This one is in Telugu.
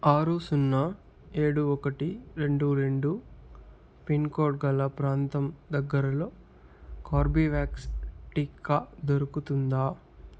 ఆరు సున్నా ఏడు ఒకటి రెండు రెండు పిన్ కోడ్ గల ప్రాంతం దగ్గరలో కార్బివ్యాక్స్ టీకా దొరుకుతుందా